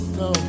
no